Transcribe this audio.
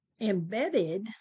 Embedded